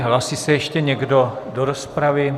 Hlásí se ještě někdo do rozpravy?